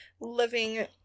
living